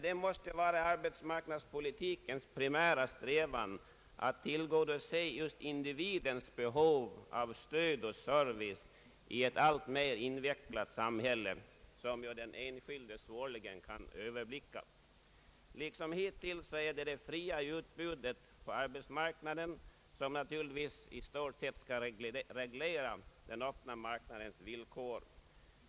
Det måste vara arbetsmarknadspolitikens primära strävan att tillgodose just individens behov av stöd och service i ett alltmer invecklat samhälle som den enskilde svårligen kan överblicka. Liksom hittills bör det fria utbudet på arbetsmarknaden naturligtvis i stort sett reglera den öppna marknadens villkor.